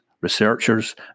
researchers